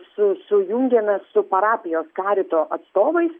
su sujungiame su parapijos karito atstovais